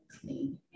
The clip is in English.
clean